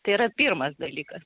tai yra pirmas dalykas